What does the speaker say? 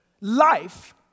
life